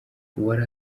uwari